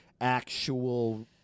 actual